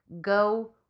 go